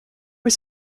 was